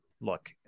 look